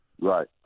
Right